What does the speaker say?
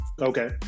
okay